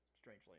strangely